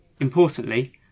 Importantly